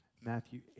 Matthew